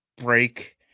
break